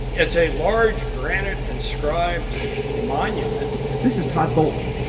it's a large granite-inscribed monument this is todd bolton,